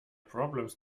problems